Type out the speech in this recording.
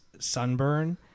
Sunburn